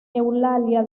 eulalia